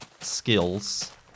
skills